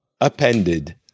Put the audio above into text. appended